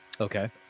Okay